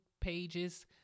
pages